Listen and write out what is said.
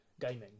gaming